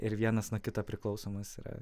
ir vienas nuo kito priklausomas yra